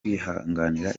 kwihanganira